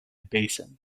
basin